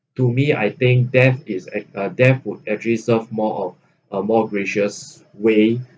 to me I think death is at uh death would actually serve more of uh more gracious way